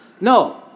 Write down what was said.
No